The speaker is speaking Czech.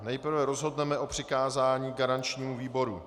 Nejprve rozhodneme o přikázání garančnímu výboru.